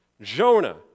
Jonah